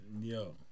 Yo